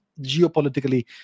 geopolitically